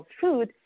food